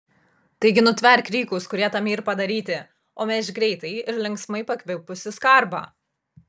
taigi nutverk rykus kurie tam yr padaryti o mėžk greitai ir linksmai pakvipusį skarbą